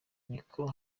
nibwo